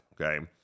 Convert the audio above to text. okay